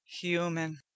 Human